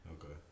Okay